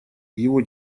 его